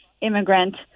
immigrant